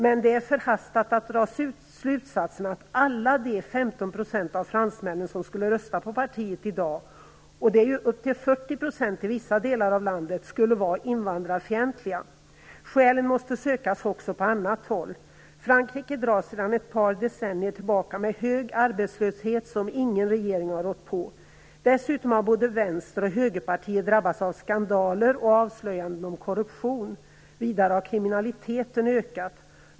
Men det är förhastat att dra slutsatsen att alla de 15 % av fransmännen som skulle rösta på partiet i dag, upp till 40 % i vissa delar av landet, skulle vara invandrarfientliga. Skälen måste sökas också på annat håll. Frankrike dras sedan ett par decennier tillbaka med hög arbetslöshet som ingen regering har rått på. Dessutom har både vänster och högerpartier drabbats av skandaler och avslöjanden om korruption. Vidare har kriminaliteten ökat.